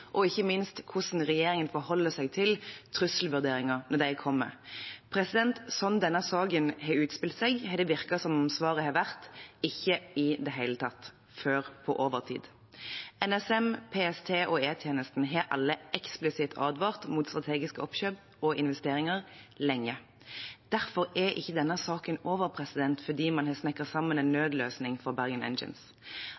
og ikke minst hvordan regjeringen forholder seg til trusselvurderinger når de kommer. Sånn denne saken har utspilt seg, har det virket som om svaret har vært: ikke i det hele tatt, før på overtid. NSM, PST og E-tjenesten har alle eksplisitt advart mot strategiske oppkjøp og investeringer lenge. Derfor er ikke denne saken over fordi man har snekret samme en